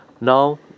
Now